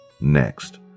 next